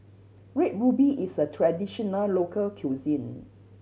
Red Ruby is a traditional local cuisine